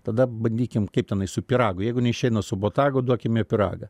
tada bandykim kaip tenai su pyragu jeigu neišeina su botagu duokime pyragą